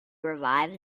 revive